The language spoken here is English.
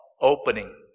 opening